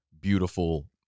beautiful